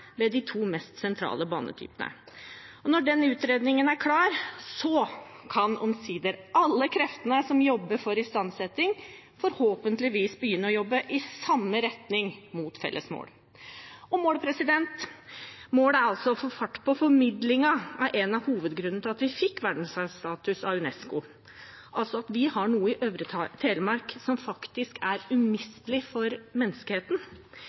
de to mest sentrale banetypene. Når den utredningen er klar, kan omsider alle kreftene som jobber for istandsetting, forhåpentligvis begynne å jobbe i samme retning, mot felles mål. Målet er altså å få fart på formidlingen. Det er en av hovedgrunnene til at vi fikk verdensarvstatus av UNESCO, altså at vi har noe i Øvre Telemark som faktisk er umistelig for menneskeheten,